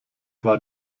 war